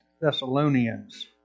Thessalonians